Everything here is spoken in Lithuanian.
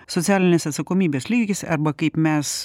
socialinės atsakomybės lygis arba kaip mes